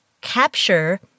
capture